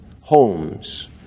homes